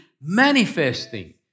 manifesting